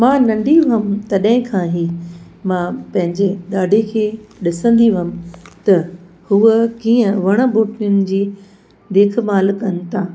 मां नंढी हुयमि तॾहिं खां ई मां पंहिंजे ॾाॾे खे ॾिसंदी हुयमि त हूअ कीअं वण ॿूटनि जी देखभालु कनि था